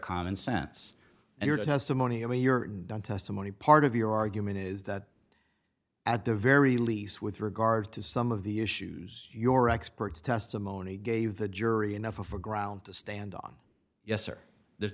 common sense and your testimony or your testimony part of your argument is that at the very least with regard to some of the issues your experts testimony gave the jury enough of a ground to stand on yes or there's